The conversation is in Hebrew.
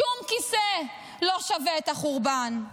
שום כיסא לא שווה את החורבן.